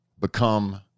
become